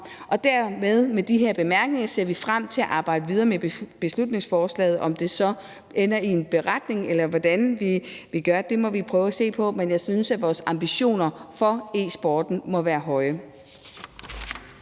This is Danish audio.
Og med de her bemærkninger ser vi frem til at arbejde videre med beslutningsforslaget. Om det så ender i en beretning, eller hvordan vi gør, må vi jo prøve at se på. Men jeg synes, at vores ambitioner for e-sporten må være høje.